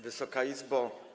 Wysoka Izbo!